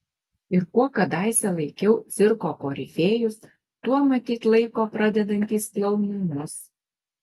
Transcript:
ir kuo kadaise laikiau cirko korifėjus tuo matyt laiko pradedantys klounai mus